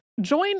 Join